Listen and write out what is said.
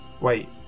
Wait